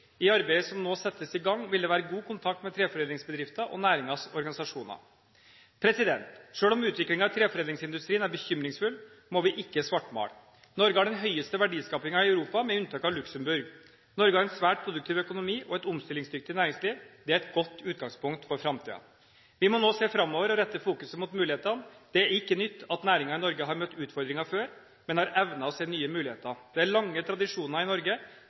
I arbeidet som nå settes i gang, vil det være god kontakt med treforedlingsbedrifter og næringens organisasjoner. Selv om utviklingen i treforedlingsindustrien er bekymringsfull, må vi ikke svartmale. Norge har den høyeste verdiskapingen i Europa, med unntak av Luxembourg. Norge har en svært produktiv økonomi og et omstillingsdyktig næringsliv. Det er et godt utgangspunkt for framtiden. Vi må nå se framover og rette fokuset mot mulighetene. Det er ikke nytt at næringer i Norge har møtt utfordringer før, men de har evnet å se nye muligheter. Det er lange tradisjoner i Norge